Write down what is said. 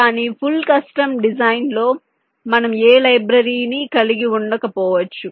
కానీ full custom design లో మనము ఏ లైబ్రరీని కలిగి ఉండకపోవచ్చు